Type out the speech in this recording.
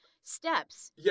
steps